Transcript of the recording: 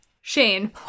Shane